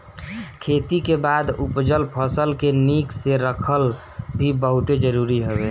खेती के बाद उपजल फसल के निक से रखल भी बहुते जरुरी हवे